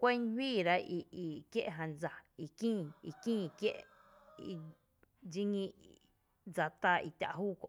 kuýn juiira i i kiera dsa i kïï i kïï bá i kié’ dxi ñí dsa tá i tⱥ’ júú kö’